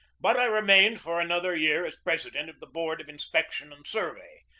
but i remained for an other year as president of the board of inspection and survey,